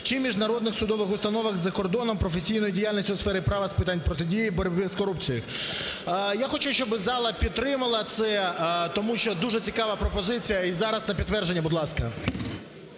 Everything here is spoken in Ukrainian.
чи міжнародних судових установах за кордоном професійної діяльності у сфері права з питань протидії боротьби з корупцією". Я хочу, щоб зала підтримала це, тому що дуже цікава пропозиція, і зараз на підтвердження, будь ласка.